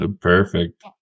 Perfect